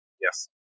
yes